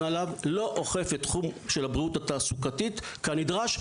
עליו לא אוכף את התחום של הבריאות התעסוקתית כנדרש.